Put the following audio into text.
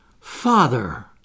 father